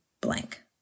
blank